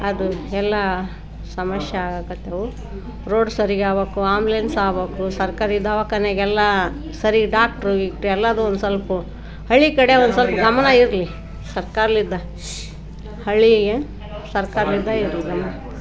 ಅದು ಎಲ್ಲ ಸಮಸ್ಯೆ ಆಗಾಕತ್ತಾವ ರೋಡ್ ಸರಿಗೆ ಆಗ್ಬೇಕು ಆ್ಯಂಬುಲೆನ್ಸ್ ಆಗ್ಬೇಕು ಸರ್ಕಾರಿ ದವಾಖಾನೆಗೆಲ್ಲ ಸರಿ ಡಾಕ್ಟ್ರು ಗೀಕ್ಟ್ರು ಎಲ್ಲದೂ ಒಂದು ಸ್ವಲ್ಪ ಹಳ್ಳಿ ಕಡೆ ಒಂದು ಸ್ವಲ್ಪ ಗಮನ ಇರಲಿ ಸರ್ಕಾರ್ಲಿಂದ ಹಳ್ಳಿಗೆ ಸರ್ಕಾರ್ಲಿಂದ ಇರಲಿ ಗಮನ